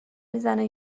میزنه